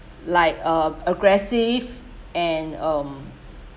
like uh aggressive and um